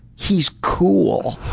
he's cool.